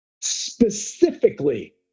specifically